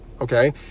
okay